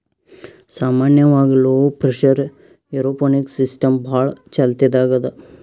ಸಾಮಾನ್ಯವಾಗ್ low pressure aeroponics system ಭಾಳ್ ಚಾಲ್ತಿದಾಗ್ ಅದಾ